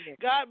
God